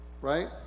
Right